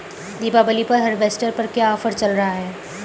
दीपावली पर हार्वेस्टर पर क्या ऑफर चल रहा है?